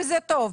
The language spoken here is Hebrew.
וזה טוב,